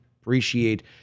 appreciate